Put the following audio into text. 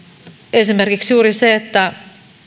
esimerkiksi juuri se että